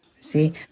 See